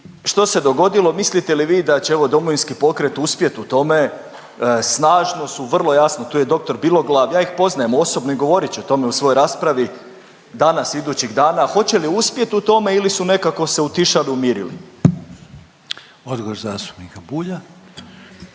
što se dogodilo. Mislite li vi da će evo Domovinski pokret uspjet u tome, snažno su vrlo jasno, tu je doktor Biloglad, ja ih poznajem osobno i govorit ću o tome u svojoj raspravi danas, idućih dana, hoće li uspjeti u tome ili su nekako utišali se umirili? **Reiner, Željko